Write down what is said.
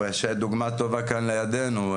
יש דוגמה טובה כאן לידינו,